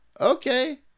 okay